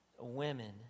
women